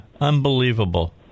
unbelievable